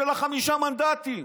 של חמישה המנדטים.